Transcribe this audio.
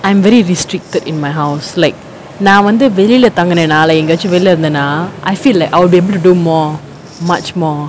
I am very restricted in my house like நா வந்து வெளில தங்குனனால எங்கயாச்சம் வெளில இருந்தனா:naa vanthu velila thangunanaala engayaachum velila irunthanaa I feel like I will be able to do more much more